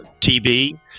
TB